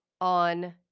on